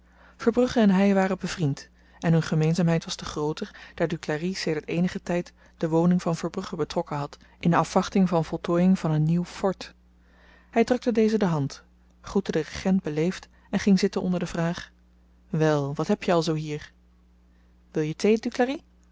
verbrugge en hy waren bevriend en hun gemeenzaamheid was te grooter daar duclari sedert eenigen tyd de woning van verbrugge betrokken had in afwachting der voltooiing van een nieuw fort hy drukte dezen de hand groette den regent beleefd en ging zitten onder de vraag wel wat heb je al zoo hier wil je thee